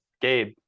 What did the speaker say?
Gabe